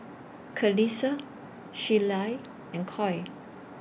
Kelsea Sheyla and Coy